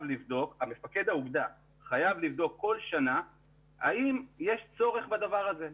מפקד האוגדה חייב לבדוק כל שנה האם יש צורך בדבר הזה.